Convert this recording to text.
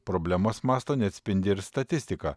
problemas masto neatspindi ir statistika